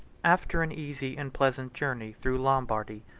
after an easy and pleasant journey through lombardy,